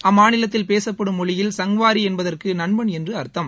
அம்மாநிலத்தில் பேசப்படும் மொழியில் சங்க்வாரி என்பதற்க நண்பன் என்று அர்த்தம்